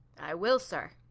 i will, sir.